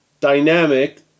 dynamic